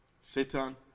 Satan